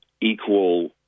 equal